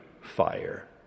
fire